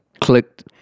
clicked